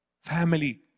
Family